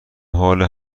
حال